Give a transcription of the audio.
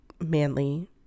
manly